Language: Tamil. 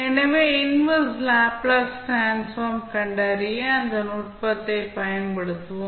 எனவே இன்வெர்ஸ் லேப்ளேஸ் டிரான்ஸ்ஃபார்ம் கண்டறிய அந்த நுட்பத்தைப் பயன்படுத்துவோம்